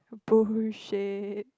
bullshit